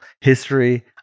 history